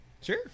Sure